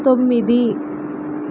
తొమ్మిది